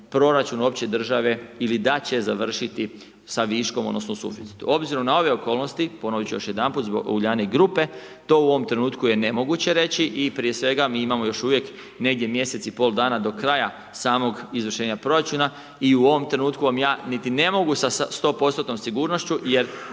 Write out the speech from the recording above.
proračun opće države ili da će završiti sa viškom odnosno suficitom. Obzirom na ove okolnosti, ponoviti ću još jedanput zbog Uljanik grupe, to u ovom trenutku je nemoguće reći i prije svega mi imamo još uvijek negdje mjesec i pol dana do kraja samog izvršenja proračuna i u ovom trenutku vam ja niti ne mogu sa 100%-tnom sigurnošću, jer